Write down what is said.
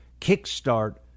kickstart